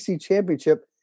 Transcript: championship